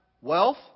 wealth